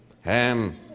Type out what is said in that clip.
Ham